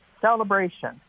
celebration